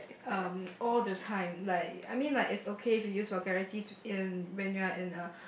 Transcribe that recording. um all the time like I mean like it's okay if you use vulgarities in when you are in a